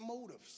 motives